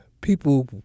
people